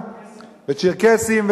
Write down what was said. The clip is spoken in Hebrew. צ'רקסים.